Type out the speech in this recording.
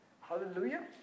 Hallelujah